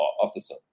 officer